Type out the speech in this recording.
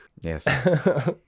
Yes